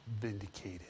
vindicated